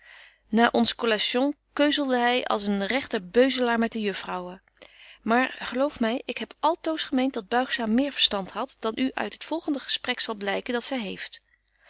ons collation keuzelde hy als een regte beuzelaar met de juffrouwen maar geloof my betje wolff en aagje deken historie van mejuffrouw sara burgerhart ik heb altoos gemeent dat buigzaam meer verstand hadt dan u uit het volgende gesprek zal blyken dat zy heeft